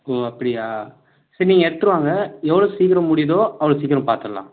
ஓ அப்படியா சரி நீங்கள் எடுத்துரு வாங்க எவ்வளோ சீக்கிரம் முடியுதோ அவ்வளோ சீக்கிரம் பார்த்துட்லாம்